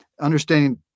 understanding